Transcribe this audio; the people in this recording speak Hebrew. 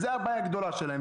זו הבעיה הגדולה שלהם.